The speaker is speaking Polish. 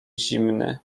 zimny